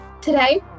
Today